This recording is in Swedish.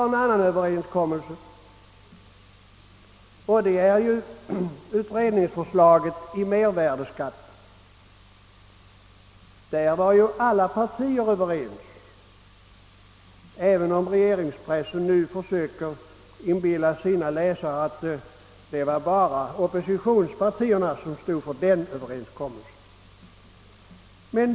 En annan överenskommelse gäller utredningsförslaget rörande mervärdeskatt. Därvidlag var ju alla partier överens, även om regeringspressen försöker inbilla sina läsare att det var bara oppositionspartierna som stod för överenskommelsen.